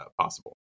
possible